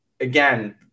again